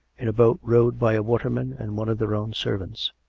in a boat rowed by a waterman and one of their own servants.